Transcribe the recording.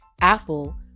Apple